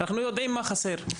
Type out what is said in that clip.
אנחנו יודעים מה חסר,